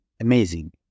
amazing